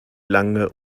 lange